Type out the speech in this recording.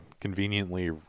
conveniently